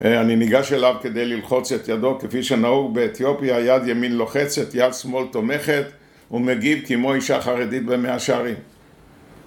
אני ניגש אליו כדי ללחוץ את ידו, כפי שנהוג באתיופיה, יד ימין לוחצת יד שמאל תומכת, הוא מגיב כמו אישה חרדית במאה השארים